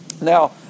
now